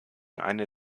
eine